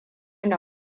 na